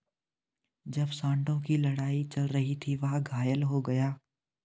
जब सांडों की लड़ाई चल रही थी, वह घायल हो गया